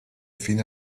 fine